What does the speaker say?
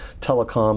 telecom